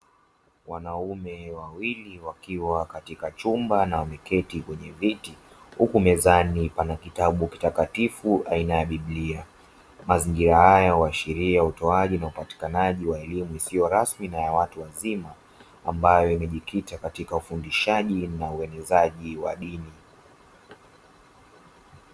Wanaume wawili wakiwa katika chumba na wameketi huku mezani pana kitabu kitakatifu aina ya biblia, mazingira haya huashiria upatikanaji na utoaji wa elimu isiyo rasmi na ya watu wazima, ambayo imejikita katika ufundishaji na uenezaji wa dini.